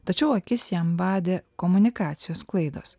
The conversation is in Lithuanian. tačiau akis jam badė komunikacijos klaidos